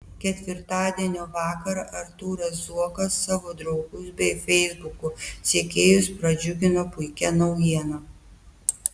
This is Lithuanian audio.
ketvirtadienio vakarą artūras zuokas savo draugus bei feisbuko sekėjus pradžiugino puikia naujiena